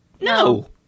No